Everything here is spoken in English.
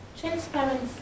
Transparency